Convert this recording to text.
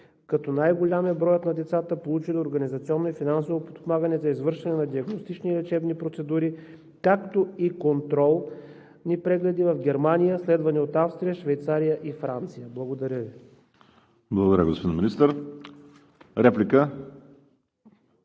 като най-голям е броят на децата, получили организационно и финансово подпомагане за извършване на диагностични лечебни процедури, както и контролни прегледи в Германия, следвани от Австрия, Швейцария и Франция. Благодаря Ви. ПРЕДСЕДАТЕЛ ВАЛЕРИ СИМЕОНОВ: Благодаря, господин Министър. Реплика?